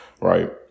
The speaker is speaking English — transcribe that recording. Right